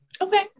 Okay